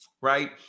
Right